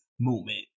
movement